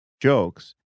jokes